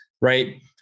right